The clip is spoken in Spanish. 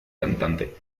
cantante